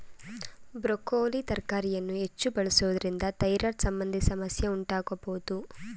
broccoli ತರಕಾರಿಯನ್ನು ಹೆಚ್ಚು ಬಳಸುವುದರಿಂದ ಥೈರಾಯ್ಡ್ ಸಂಬಂಧಿ ಸಮಸ್ಯೆ ಉಂಟಾಗಬೋದು